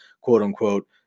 quote-unquote